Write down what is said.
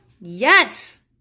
Yes